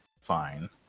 fine